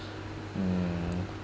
mm